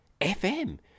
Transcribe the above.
FM